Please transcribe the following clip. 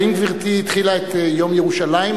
האם גברתי התחילה את יום ירושלים,